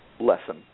lesson